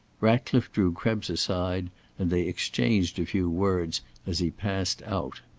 ratcliffe drew krebs aside and they exchanged a few words as he passed out.